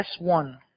S1